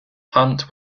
hunt